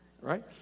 Right